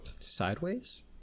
sideways